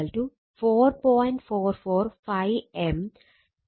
44 ∅m f N1 ആണ്